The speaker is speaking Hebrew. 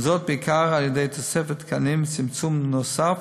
וזאת בעיקר על-ידי תוספת תקנים וצמצום נוסף